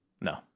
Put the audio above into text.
No